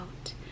out